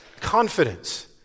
confidence